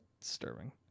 disturbing